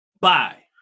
Bye